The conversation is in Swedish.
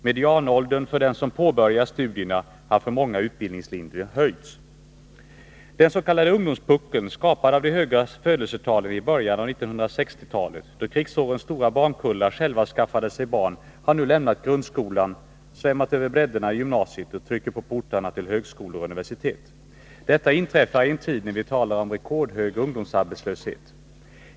Medianåldern för dem som påbörjar studier har för många utbildningslinjer höjts. Den s.k. ungdomspuckeln, skapad av de höga födelsetalen i början av 1960-talet, då krigsårens stora barnkullar själva skaffade sig barn, har nu lämnat grundskolan, svämmat över bräddarna i gymnasiet och trycker på portarna till högskolor och universitet. Detta inträffar i en tid när vi talar om rekordhög ungdomsarbetslöshet.